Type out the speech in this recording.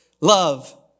Love